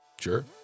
Sure